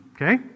Okay